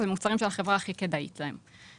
אלה מוצרים של החברה הכי כדאית להם.